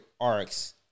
arcs